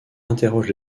interroge